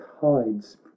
hides